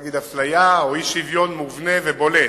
יש כאן אפליה או אי-שוויון מובנה ובולט.